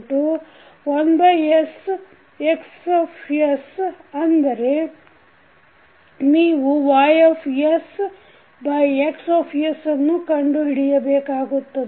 Ys1sXs ಅಂದರೆ ನೀವುYX ಅನ್ನು ಕಂಡುಹಿಡಿಯಬೇಕಾಗುತ್ತದೆ